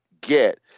get